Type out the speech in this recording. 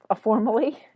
formally